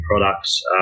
products